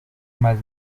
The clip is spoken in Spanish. más